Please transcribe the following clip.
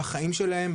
בחיים שלהם,